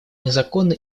незаконна